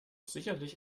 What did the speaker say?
sicherlich